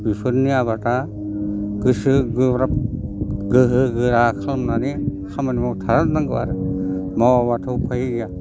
बिफोरनो आबादा गोसो गोब्राब गोहो गोरा खालामनानै खामानि मावथारनांगौ आरो नङाब्लाथ' उफाय गैया